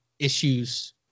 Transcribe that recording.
issues